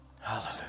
Hallelujah